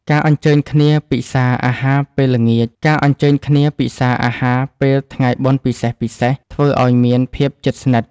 ការអញ្ជើញគ្នាពិសារអាហារពេលថ្ងៃបុណ្យពិសេសៗធ្វើឱ្យមានភាពជិតស្និទ្ធ។